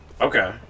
Okay